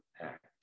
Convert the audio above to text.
Act